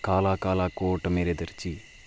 काला काला कोट मेरे दर्जिया